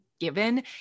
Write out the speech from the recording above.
given